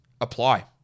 Apply